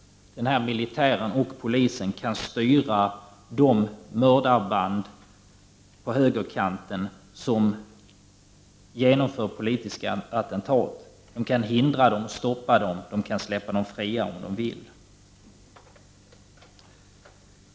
Denna mi litär och polis kan styra de mördarband på högerkanten som genomför politiska attentat. De kan hindra dem, stoppa dem eller släppa dem fria.